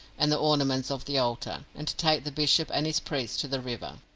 and the ornaments of the altar, and to take the bishop and his priests to the river.